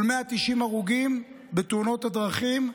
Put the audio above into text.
אבל 190 הרוגים בתאונות הדרכים,